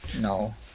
No